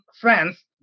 France